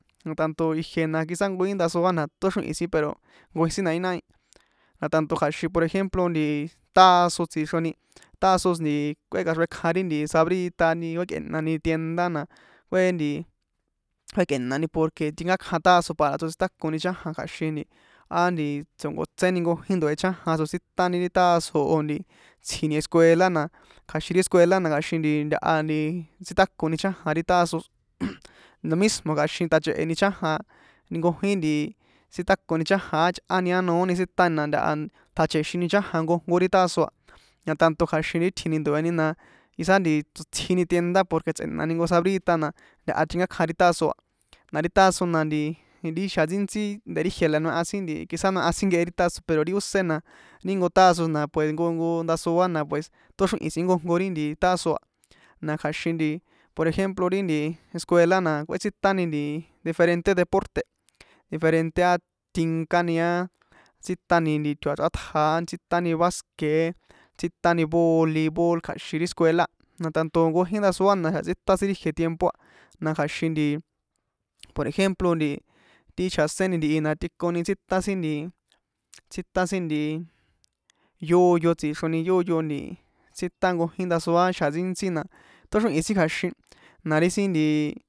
E na tanto ijiena quizá nkoin ndasoa na tóxrihin sin pero nkojin sin na í náhí na tanto kja̱xin por ejemplo tázo tazos kuékaxrjekjan ri sabrita ri ó kuékꞌe̱nani tienda na kue nti kuékꞌe̱nani porque tinkákjan tazo pa tsotsítakoni chajan kja̱xin á nti tso̱nkotséni nkojin ndoe chajan tsotsítani ri tazo o̱ nti tsji̱ni escuela na kja̱xin ri escuela na kja̱xin ntaha nti tsítakoni chajan ri tazos lo mismo kja̱xin tjache̱heni chajan nkojin nti tsítakoni chajan á yꞌá ni á noóni tsítani na ntaha tjache̱xini chajan nkojnko ri tazo a tanto kja̱xin ri tji̱ni ndoe̱ni na quizá tsjini tienda porque tsꞌe̱nani sabrita na ntaha tinkákjan ri tazo a na ri tazo na nti ri xjan ntsíntsí de ri ijie na quizá noeha sin nkehe ri tazo pero ri ósé na ri jnko tazo na pue jnko jnko ndasoana pues tóxrihi̱n sin jnkojnko ri nti tazo a na kja̱xin nti por ejemplo ri nti escuela na kꞌuétsitani nti diferente deporte̱ diferente á tinkáni á tsítani tjoa̱chrátja á tsítani baskeé tsítani bolibol kja̱xin ri escuela a na tanto jnkojin ndasoa na tsítan sin ri ijie tiempo a na kja̱xin nti por ejemplo nti chjaséni ntihi na tꞌikoni tsítan sin nti tsítan sin nti yóyo tsixroni yóyo tsítan nkojin ndasoa xa̱ ntsíntsí na tóxrihi̱n sin kja̱xin na ri sin nti.